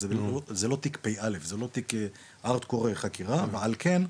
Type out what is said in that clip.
אז זה לא תיק הארד-קור חקירה ועל כן,